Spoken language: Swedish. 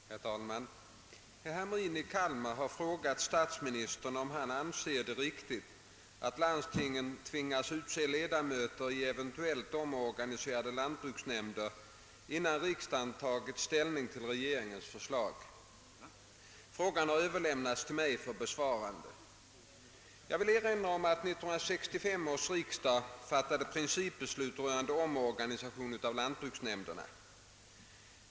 Herr talman! Herr Hamrin i Kalmar har frågat statsministern om han anser det riktigt att landstingen tvingas utse ledamöter i eventuellt omorganiserade lantbruksnämnder innan riksdagen tagit ställning till regeringens förslag. Frågan har överlämnats till mig för besvarande. Jag vill erinra om att 1965 års riksdag fattade principbeslut rörande omorganisation av lantbruksnämnderna.